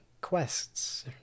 quests